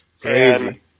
Crazy